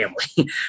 family